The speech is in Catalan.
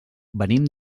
venim